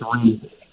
three